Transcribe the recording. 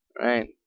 Right